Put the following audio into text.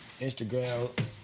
Instagram